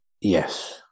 Yes